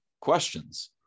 questions